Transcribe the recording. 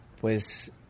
pues